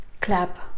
clap